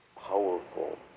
powerful